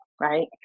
right